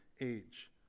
age